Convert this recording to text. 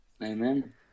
Amen